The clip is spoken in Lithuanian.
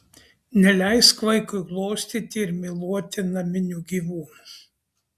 neleisk vaikui glostyti ir myluoti naminių gyvūnų